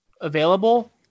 available